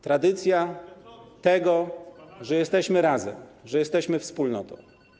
Tradycja tego, że jesteśmy razem, że jesteśmy wspólnotą.